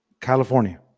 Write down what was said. California